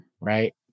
Right